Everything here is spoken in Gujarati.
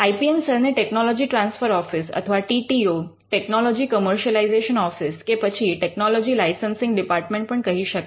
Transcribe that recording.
આઇ પી એમ સેલ ને ટેકનોલોજી ટ્રાન્સફર ઓફિસ અથવા T T O technology commercialisation office કે પછી ટેકનોલોજી લાઇસન્સિંગ ઓફિસ પણ કહી શકાય